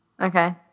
Okay